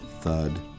thud